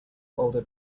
older